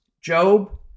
Job